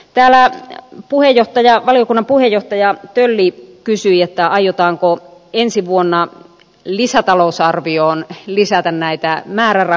täällä valiokunnan puheenjohtaja tölli kysyi aiotaanko ensi vuonna lisätalousarvioon lisätä näitä määrärahoja